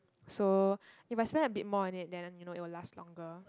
so if I spent a bit more on it you know it will last longer